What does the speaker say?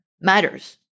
matters